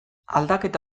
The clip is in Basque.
aldaketa